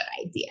idea